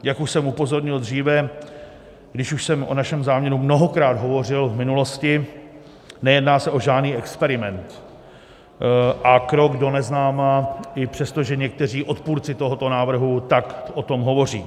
Jak už jsem upozornil dříve, když už jsem o našem záměru mnohokrát hovořil v minulosti, nejedná se o žádný experiment a krok do neznáma, i přestože někteří odpůrci tohoto návrhu tak o tom hovoří.